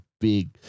big